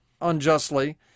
unjustly